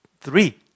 three